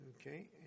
Okay